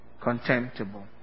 contemptible